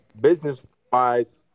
business-wise